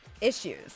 issues